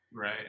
Right